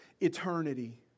eternity